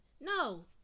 no